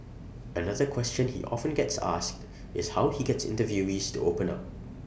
another question he often gets asked is how he gets interviewees to open up